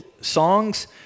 songs